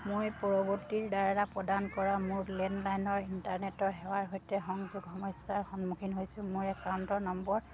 মই পৰৱৰ্তীৰদ্বাৰা প্ৰদান কৰা মোৰ লেণ্ডলাইন ইণ্টাৰনেট সেৱাৰ সৈতে সংযোগৰ সমস্যাৰ সন্মুখীন হৈছোঁ মোৰ একাউণ্ট নম্বৰ